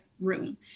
room